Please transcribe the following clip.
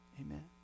Amen